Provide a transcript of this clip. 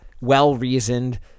well-reasoned